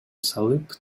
салып